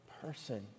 person